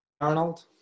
Arnold